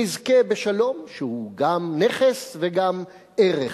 נזכה בשלום, שהוא גם נכס וגם ערך,